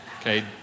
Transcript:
okay